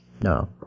No